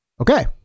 Okay